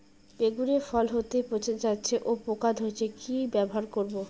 বেগুনের ফল হতেই পচে যাচ্ছে ও পোকা ধরছে কি ব্যবহার করব?